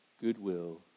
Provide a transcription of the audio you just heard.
Goodwill